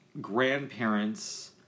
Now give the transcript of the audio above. grandparents